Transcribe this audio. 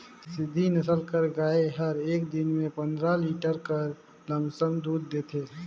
सिंघी नसल कर गाय हर एक दिन में पंदरा लीटर कर लमसम दूद देथे